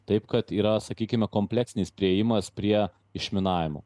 taip kad yra sakykime kompleksinis priėjimas prie išminavimų